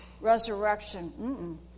resurrection